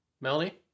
Melanie